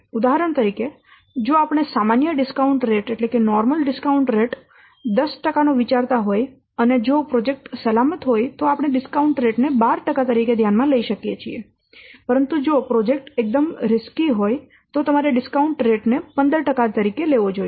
ઉદાહરણ તરીકે જો આપણે સામાન્ય ડિસ્કાઉન્ટ રેટ 10 નો વિચારતા હોય અને જો પ્રોજેક્ટ સલામત હોય તો આપણે ડિસ્કાઉન્ટ રેટ ને 12 તરીકે ધ્યાનમાં લઈ શકીએ પરંતુ જો પ્રોજેક્ટ એકદમ જોખમી હોય તો તમારે ડિસ્કાઉન્ટ રેટ ને 15 તરીકે લેવો જોઈએ